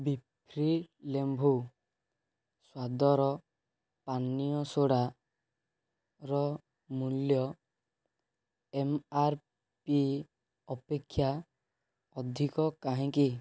ବିଫ୍ରି ଲେମ୍ବୁ ସ୍ୱାଦର ପାନୀୟ ସୋଡ଼ାର ମୂଲ୍ୟ ଏମ୍ ଆର୍ ପି ଅପେକ୍ଷା ଅଧିକ କାହିଁକି